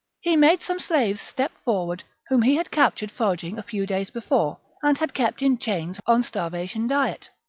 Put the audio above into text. he made some slaves step forward, whom he had captured foraging a few days before, and had kept in chains on starvation diet.